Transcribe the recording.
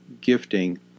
gifting